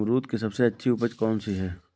अमरूद की सबसे अच्छी उपज कौन सी है?